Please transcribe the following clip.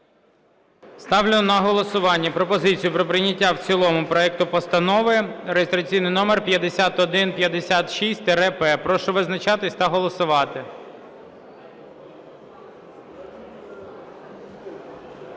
Ставлю на голосування пропозицію про прийняття в цілому проекту Постанови реєстраційний номер 5156-П. Прошу визначатися та голосувати.